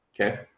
okay